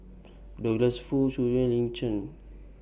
Douglas Foo Zhu Xu and Lin Chen